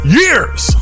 years